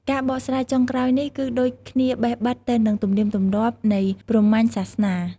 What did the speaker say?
ការបកស្រាយចុងក្រោយនេះ គឺដូចគ្នាបេះបិទទៅនឹងទំនៀមទម្លាប់ នៃព្រហ្មញ្ញ សាសនា។